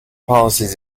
policies